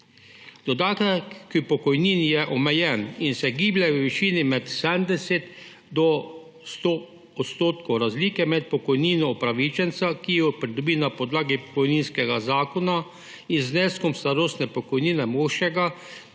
Dodatek k pokojnini je omejen in se giblje v višini 70–100 % razlike med pokojnino upravičenca, ki jo pridobi na podlagi pokojninskega zakona, in zneskom starostne pokojnine moškega,